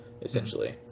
essentially